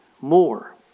more